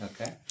Okay